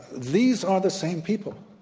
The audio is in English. these are the same people.